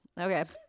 okay